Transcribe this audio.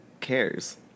cares